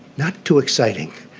not too exciting,